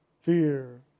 fear